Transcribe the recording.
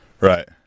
Right